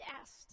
asked